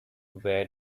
where